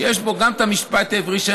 שיש פה גם המשפט העברי,